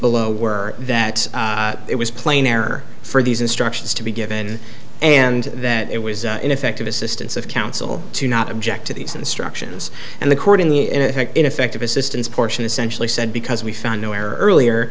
below were that it was plain error for these instructions to be given and that it was ineffective assistance of counsel to not object to these instructions and the court in the ineffective assistance portion essentially said because we found no error earlier